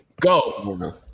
Go